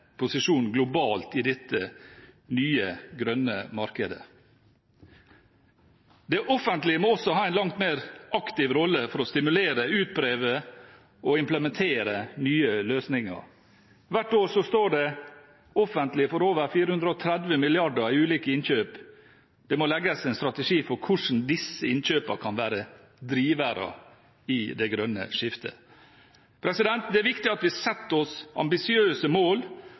globalt i dette nye grønne markedet. Det offentlige må også ha en langt mer aktiv rolle for å stimulere til, utprøve og implementere nye løsninger. Hvert år står det offentlige for over 430 mrd. kr i ulike innkjøp. Det må legges en strategi for hvordan disse innkjøpene kan være drivere i det grønne skiftet. Det er viktig at vi setter oss ambisiøse mål